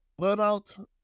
Burnout